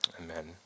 Amen